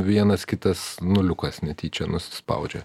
vienas kitas nuliukas netyčia nusispaudžia